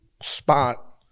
spot